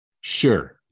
Sure